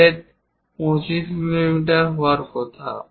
বেধ 25 মিলিমিটার হওয়ার কথা